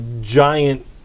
giant